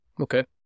okay